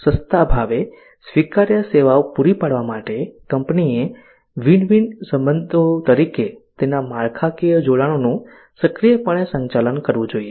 સસ્તા ભાવે સ્વીકાર્ય સેવાઓ પૂરી પાડવા માટે કંપનીએ વિન વિન સંબંધો તરીકે તેના માળખાકીય જોડાણોનું સક્રિયપણે સંચાલન કરવું જોઈએ